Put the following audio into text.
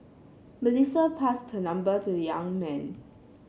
Melissa passed her number to the young man